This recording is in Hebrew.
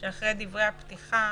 שאחרי דברי הפתיחה